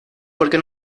porque